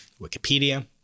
wikipedia